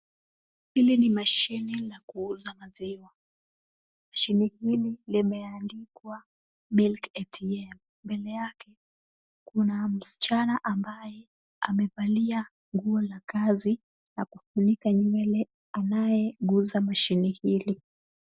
Hili ni machine la kuuza maziwa. Machine hili limeandikwa milk ATM . Mbele yake kuna msichana ambaye amevalia nguo ya kazi na kufunika nywele, anayeguza machine hili.